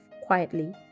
quietly